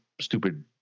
stupid